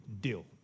deal